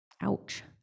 Ouch